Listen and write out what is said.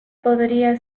podría